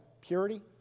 purity